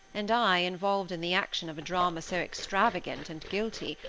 and i, involved in the action of a drama so extravagant and guilty,